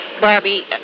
Barbie